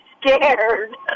scared